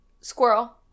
Squirrel